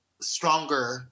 stronger